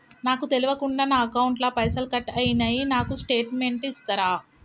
నాకు తెల్వకుండా నా అకౌంట్ ల పైసల్ కట్ అయినై నాకు స్టేటుమెంట్ ఇస్తరా?